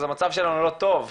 אז המצב שלנו לא טוב,